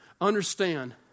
understand